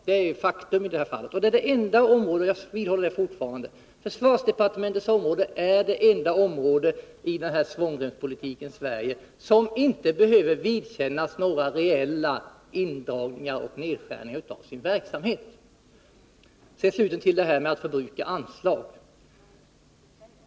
Det är faktum, och jag vidhåller fortfarande att försvarsdepartementets område är det enda område i svångremspolitikens Sverige som inte behöver vidkännas några reella indragningar och nedskärningar av sin verksamhet. Sedan till frågan om att förbruka anslag.